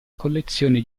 collezione